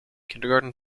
kindergarten